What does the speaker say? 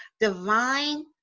divine